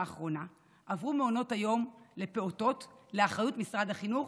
לאחרונה עברו מעונות היום לפעוטות לאחריות משרד החינוך,